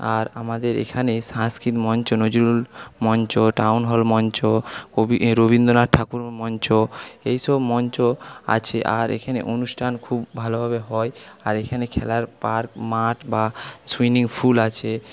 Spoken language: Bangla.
আর আমাদের এখানে সাংস্কৃতিক মঞ্চ নজরুল মঞ্চ টাউন হল মঞ্চ কবি রবীন্দ্রনাথ ঠাকুর মঞ্চ এইসব মঞ্চ আছে আর এখানে অনুষ্ঠান খুব ভালোভাবে হয় আর এখানে খেলার পার্ক মাঠ বা সুইমিং পুল আছে